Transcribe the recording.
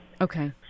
okay